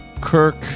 Kirk